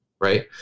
Right